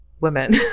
women